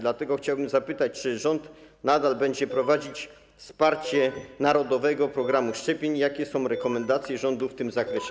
Dlatego chciałbym zapytać, czy rząd nadal będzie prowadzić wsparcie narodowego programu szczepień i jakie są rekomendacje rządu w tym zakresie.